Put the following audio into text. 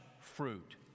fruit